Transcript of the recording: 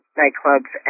nightclubs